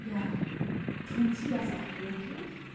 ja tut sie das auch wirklich